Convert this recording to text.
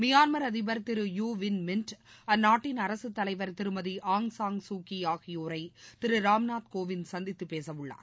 Myanmar அதிபர் திரு U Win Myint அந்நாட்டின் அரசுத் தலைவர் திருமதி ஆய் சான் கு கீ ஆகியோரை திரு ராம்நாத் கோவிந்த் சந்தித்து பேசவுள்ளார்